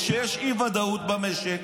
וכשיש אי-ודאות במשק,